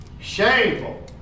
shameful